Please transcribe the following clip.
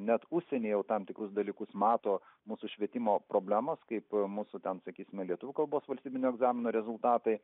net užsienyje jau tam tikrus dalykus mato mūsų švietimo problemas kaip mūsų tam sakysime lietuvių kalbos valstybinio egzamino rezultatai